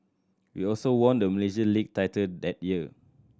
we also won the Malaysia League title that year